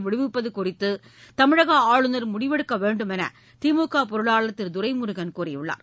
விடுவிப்பது குறித்து தமிழக ஆளுநர் முடிவெடுக்க வேண்டுமென்று திமுக பொருளாளார் திரு துரைமுருகன் கூறியுள்ளார்